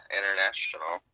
International